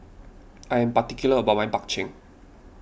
I am particular about my Bak Chang